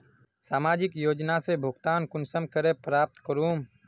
सामाजिक योजना से भुगतान कुंसम करे प्राप्त करूम?